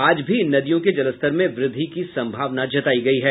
आज भी इन नदियों के जलस्तर में वृद्धि की संभावना जतायी गयी है